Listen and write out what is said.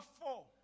four